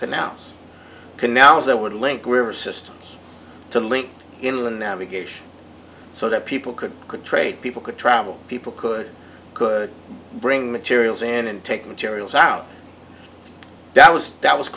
canals canals that would link were systems to link in the navigation so that people could could trade people could travel people could could bring materials in and take materials out that was that was